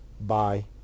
Bye